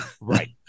Right